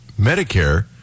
Medicare